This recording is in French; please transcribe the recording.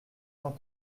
cent